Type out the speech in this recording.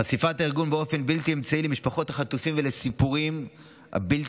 חשיפת הארגון באופן בלתי אמצעי למשפחות החטופים ולסיפורים הבלתי-נתפסים.